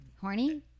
Horny